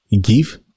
give